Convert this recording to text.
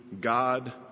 God